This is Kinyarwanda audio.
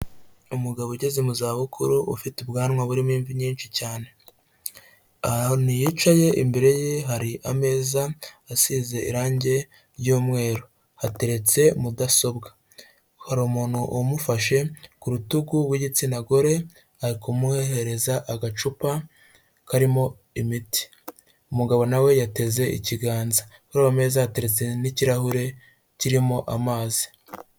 Umugabo ugeze mu zabukuru ufite ubwanwa burimo imvi nyinshi cyane, ahantu yicaye imbere ye hari ameza asize irange ry'umweru, hateretse mudasobwa, hari umuntu umufashe ku rutugu w'igitsina gore ari kumuhereza agacupa karimo imiti, umugabo nawe yateze ikiganza kuri iyo meza hateretse n'ikirahure kirimo amazi.